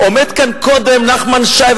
עומד כאן קודם נחמן שי,